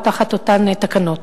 או תחת אותן תקנות.